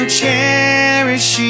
cherish